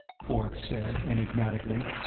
forth said enigmatically.